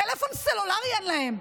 טלפון סלולרי אין להם.